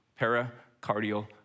pericardial